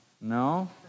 No